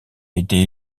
été